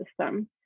system